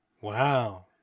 Wow